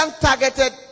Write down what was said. targeted